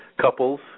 couples